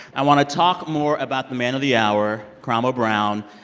i want to talk more about the man of the hour, karamo brown.